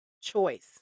choice